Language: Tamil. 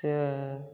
செ